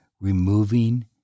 removing